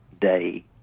day